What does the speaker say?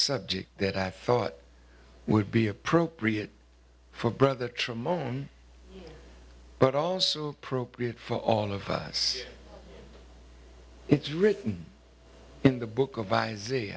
subject that i thought would be appropriate for brother tramon but also appropriate for all of us it's written in the book o